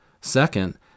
Second